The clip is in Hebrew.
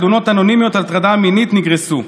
תלונות אנונימיות על הטרדה מינית נגרסו.